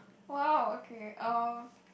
!wow! okay um